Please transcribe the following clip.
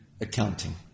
accounting